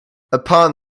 upon